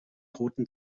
roten